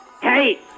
hey